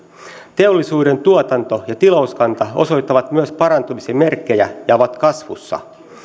teollisuuden tuotanto ja tilauskanta osoittavat myös parantumisen merkkejä ja ovat kasvussa